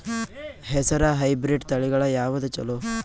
ಹೆಸರ ಹೈಬ್ರಿಡ್ ತಳಿಗಳ ಯಾವದು ಚಲೋ?